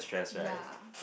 ya